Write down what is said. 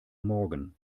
morgen